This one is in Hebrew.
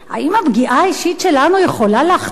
האם הפגיעה האישית שלנו יכולה להכתיב